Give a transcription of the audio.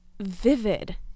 vivid